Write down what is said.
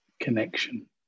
connection